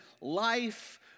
Life